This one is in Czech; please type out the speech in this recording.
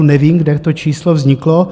Nevím, kde to číslo vzniklo.